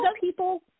people